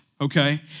okay